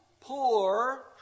poor